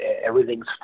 everything's